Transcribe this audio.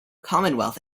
commonwealth